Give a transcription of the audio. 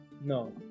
No